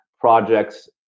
projects